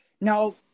Now